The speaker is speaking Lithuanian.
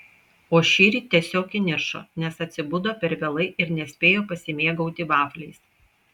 o šįryt tiesiog įniršo nes atsibudo per vėlai ir nespėjo pasimėgauti vafliais